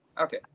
Okay